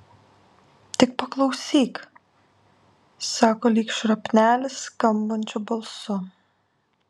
tik paklausyk sako lyg šrapnelis skambančiu balsu